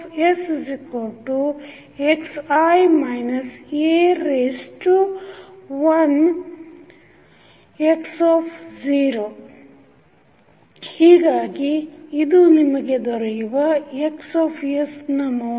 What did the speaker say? XssI A 1x0 ಹೀಗಾಗಿ ಇದು ನಿಮಗೆ ದೊರೆಯುವ Xs ನ ಮೌಲ್ಯ